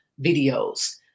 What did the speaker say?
videos